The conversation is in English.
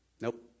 Nope